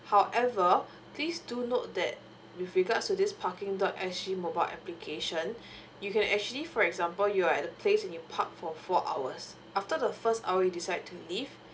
however please do note note that with regards to this parking dot s g mobile application you can actually for example you're at the place and you park for four hours after the first hour you decide to leave